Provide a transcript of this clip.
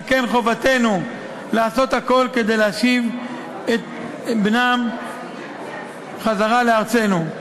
על כן חובתנו לעשות הכול כדי להשיב את בנם חזרה לארצנו.